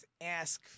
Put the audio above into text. ask